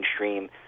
mainstream